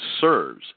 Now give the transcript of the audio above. serves